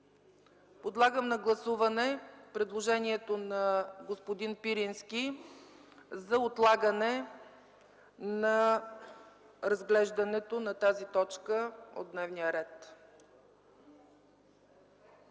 Подлагам на гласуване предложението на господин Пирински за отлагане на разглеждането на тази точка от дневния ред.